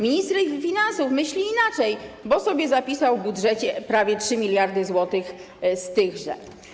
Minister finansów myślał inaczej, bo sobie zapisał w budżecie prawie 3 mld zł z tychże.